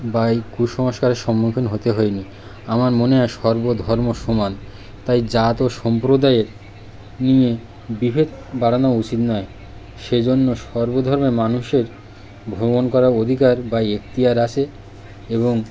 বা এই কুসংস্কারের সম্মুখীন হতে হয়নি আমার মনে হয় সর্বধর্ম সমান তাই জাত ও সম্প্রদায়ের নিয়ে বিভেদ বাড়ানো উচিত নয় সেজন্য সর্বধর্মের মানুষের ভ্রমণ করার অধিকার বা একতিয়ার আছে এবং